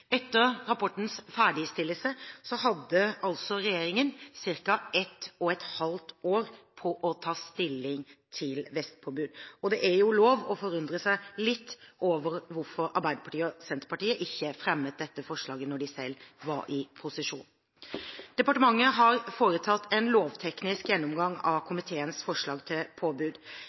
Etter rapportens ferdigstillelse hadde den forrige regjeringen ca. ett og et halvt år på å ta stilling til vestpåbud. Det er lov å forundre seg litt over hvorfor Arbeiderpartiet og Senterpartiet ikke fremmet dette forslaget da de selv var i posisjon. Departementet har foretatt en lovteknisk gjennomgang av komiteens forslag om påbud.